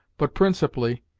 but principally,